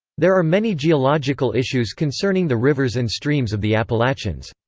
there are many geological issues concerning the rivers and streams of the appalachians.